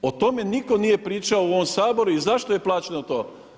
O tome nitko nije pričao u ovom Saboru i zašto je plaćeno to?